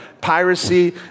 piracy